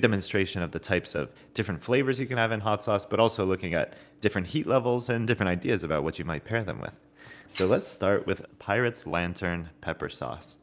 demonstration of the types of different flavors you can have in hot sauce, but also looking at different heat levels and different ideas about what you might pair them with let's start with pirate's lantern pepper sauce.